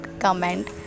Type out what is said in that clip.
comment